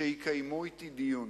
שיקיימו אתי דיון,